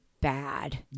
bad